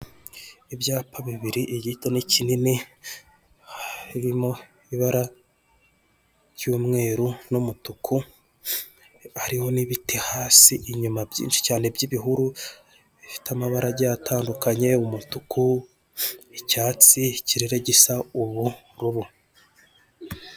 Ibyapa bibiri: igito n'ikinini, harimo ibara ry'umweru n'umutuku, hariho n'ibiti hasi inyuma byinshi cyane by'ibihuru, bifite amabara agiye atandukanye; umutuku, icyatsi, ikirere gisa ubururu.